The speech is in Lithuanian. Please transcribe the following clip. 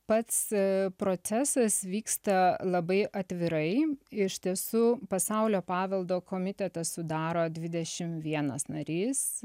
pats procesas vyksta labai atvirai iš tiesų pasaulio paveldo komitetą sudaro dvidešim vienas narys